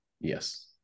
Yes